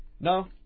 No